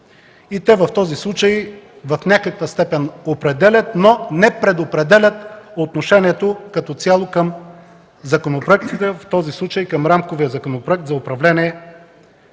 на второ четене. В някаква степен те определят, но не предопределят отношението като цяло към законопроектите, в случая към Рамковия законопроект за управление